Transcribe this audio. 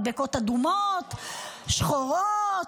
מדבקות אדומות -- שחורות.